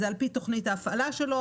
על פי תוכנית ההפעלה שלו,